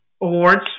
awards